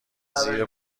زیر